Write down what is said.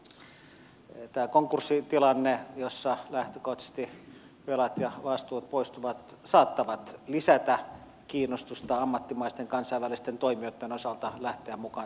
tämä konkurssitilanne jossa lähtökohtaisesti velat ja vastuut poistuvat saattaa lisätä kiinnostusta ammattimaisten kansainvälisten toimijoitten osalta lähteä mukaan tähän harjoitukseen